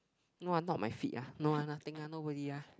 no lah not my feet lah no lah nothing lah nobody lah